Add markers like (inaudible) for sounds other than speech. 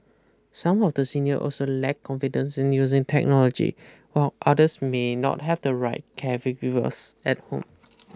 some of the senior also lack confidence in using technology while others may not have the right care caregivers at home (noise)